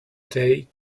day